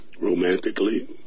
romantically